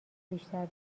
بیشتر